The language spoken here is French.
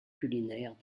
culinaires